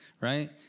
right